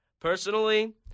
Personally